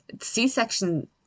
C-section